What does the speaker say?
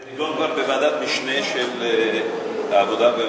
זה נדון כבר בוועדת משנה של ועדת העבודה,